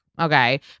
okay